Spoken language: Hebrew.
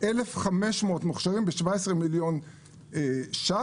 1,500 מוכשרים בהיקף של 17 מיליון שקלים.